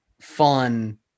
fun